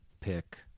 pick